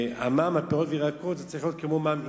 והמע"מ על פירות וירקות צריך להיות כמו מע"מ עירוני.